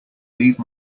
leave